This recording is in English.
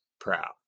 proud